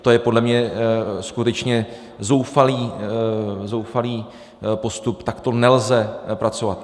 To je podle mě skutečně zoufalý postup, takto nelze pracovat.